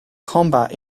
combat